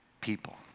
people